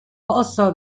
also